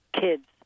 kids